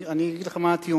אני אגיד לך מה הטיעון.